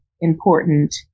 important